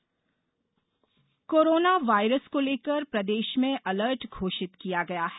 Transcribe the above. corona corona virus को लेकर प्रदेश में अलर्ट घोषित किया गया है